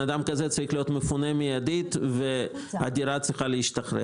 אדם כזה צריך להיות מפונה מיידית כדי שהדירה תשתחרר.